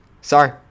Sorry